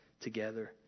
together